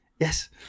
yes